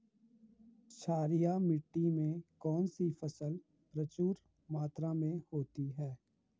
क्षारीय मिट्टी में कौन सी फसल प्रचुर मात्रा में होती है?